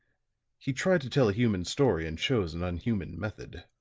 he tried to tell a human story and chose an unhuman method.